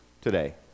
today